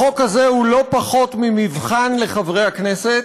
החוק הזה הוא לא פחות ממבחן לחברי הכנסת,